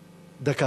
דקה.